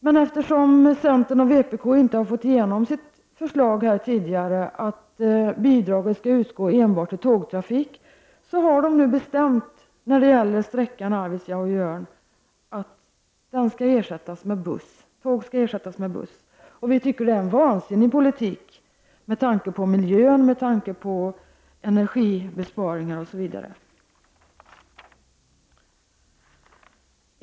Men eftersom centern och vpk inte har fått igenom sitt förslag att bidrag skall utgå enbart för tågtrafik, har det bestämts att tåg skall ersättas med buss på sträckan Arvidsjaur-Jörn. Vi tycker att det är en vansinnig politik, med tanke på miljön, energibesparingar osv.